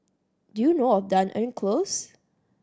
do you know of Dunearn Close